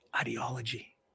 ideology